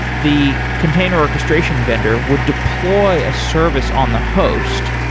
the container orchestration vendor would deploy a service on the host,